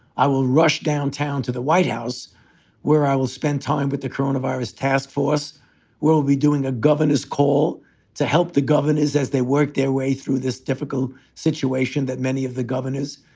i will rush downtown to the white house where i will spend time with the coronavirus. taskforce will be doing a governor's call to help the governors as they work their way through this difficult situation that many of the governors,